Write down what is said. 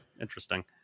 Interesting